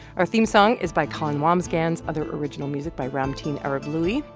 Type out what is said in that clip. our theme song is by colin wambsgans, other original music by ramtin arablouei.